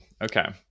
Okay